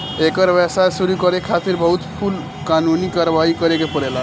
एकर व्यवसाय शुरू करे खातिर बहुत कुल कानूनी कारवाही करे के पड़ेला